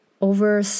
over